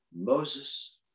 moses